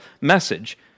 message